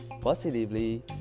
Positively